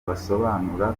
basobanura